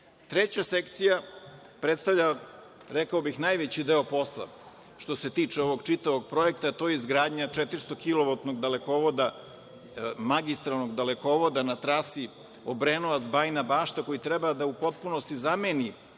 sekcija predstavlja, rekao bih, najveći deo posla što se tiče ovog čitavog projekta, a to je izgradnja 400-kilovoltnog dalekovoda, magistralnog dalekovoda na trasi Obrenovac – Bajina Bašta, koji treba da u potpunosti zameni